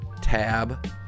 tab